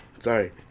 Sorry